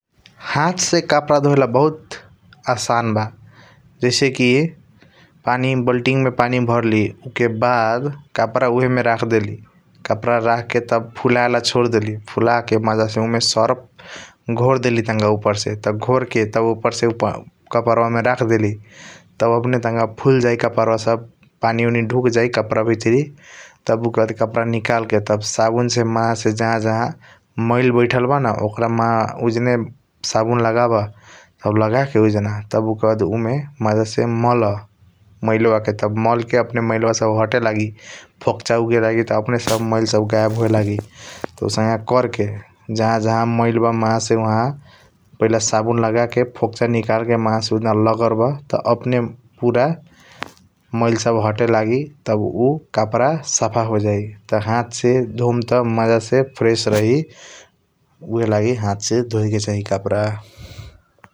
हाथ से कपड़ा धोयाला बहुत आसान बा जैसे की पनि बाल्टीन मे पनि भरली उके बाद कपड़ा उहएमे रखदेली कपड़ा रख के। तब फुलायल सोरदेली फुलके मज़ा से उमे सर्फ घोरदेली तनक ऊपर से तब घोर के तब उप्पार से कपड़ मे रखदेली । तब अपने तनक कपड़ा सब फूल जाई कपड़ा सब पनि ओनि दुक्का जाई कपड़ा भीतरी तब उके बाद कपड़ा निकाल के । साबुन से जहा मज़ा से जहा जहा मईल बैठाल बा न ओकरा उजने सबुन लगब तब उजान साबुन लगाके उजान तब उके बाद मज़ा से मल तब मल के । अपने मैलवा सब अहते लगी फोकच उठे लागि अपने सब मईल सब गायब होय लागि त आउंसका कर जहा जहा मईल बा मज़ा से उआहब । पहिला साबुन लगाके फोकच निकाल के मज़ा से उआहब लगर बा त अपने पूरा मईल सब हटे लागि त उ कपड़ा पूरा साफ होयलगी । त हाथ से धों त मज़ा से फ्रेश रही ऊहएलगी हाथ से दहोय के चाही कपड़ा ।